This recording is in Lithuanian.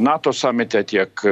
nato samite tiek